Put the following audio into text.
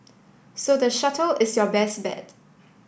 so the shuttle is your best bet